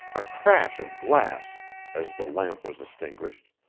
a crash of glass as the lamp was extinguished,